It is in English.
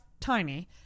tiny